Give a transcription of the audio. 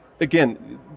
again